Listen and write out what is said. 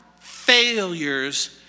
failures